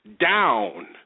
down